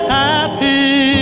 happy